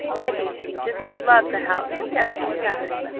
i think she's just loved the house and everything about it.